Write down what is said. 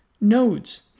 nodes